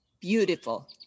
Beautiful